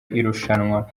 irushanwa